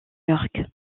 york